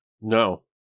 No